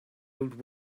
old